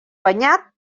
banyat